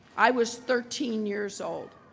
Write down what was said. i was thirteen years old,